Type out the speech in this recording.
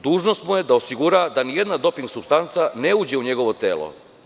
Dužnost mu je da osigura da nijedna doping supstanca ne uđe u njegovo telo.